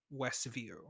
Westview